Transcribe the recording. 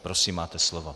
Prosím, máte slovo.